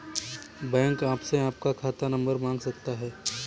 bank आपसे आपका खाता नंबर मांग सकता है